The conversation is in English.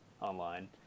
online